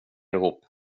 ihop